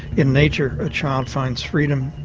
in nature, a child finds freedom,